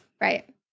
Right